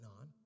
on